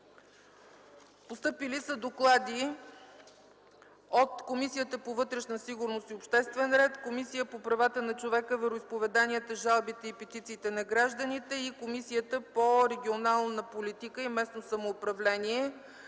Постъпили са доклади от Комисията по вътрешна сигурност и обществен ред, Комисията по правата на човека, вероизповеданията, жалбите и петициите на гражданите и Комисията по регионална политика и местно самоуправление.